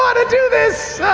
to do this!